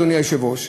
אדוני היושב-ראש: